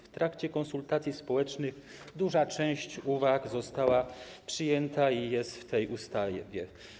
W trakcie konsultacji społecznych duża część uwag została przyjęta i jest uwzględniona w tej ustawie.